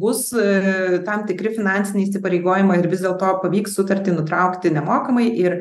bus tam tikri finansiniai įsipareigojimai ir vis dėlto pavyks sutartį nutraukti nemokamai ir